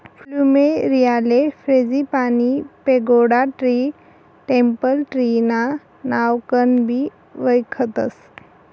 फ्लुमेरीयाले frangipani, pagoda tree, temple tree ना नावकनबी वयखतस